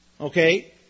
Okay